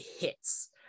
hits